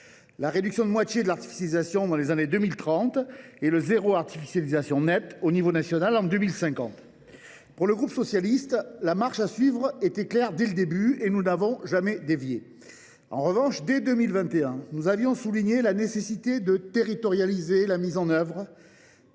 la réduction de moitié de l’artificialisation dans les années 2030 et le zéro artificialisation nette à l’échelle nationale en 2050. Pour le groupe socialiste, la marche à suivre était claire dès le début et nous n’en avons jamais dévié. Dès 2021, nous soulignions la nécessité de territorialiser la mise en œuvre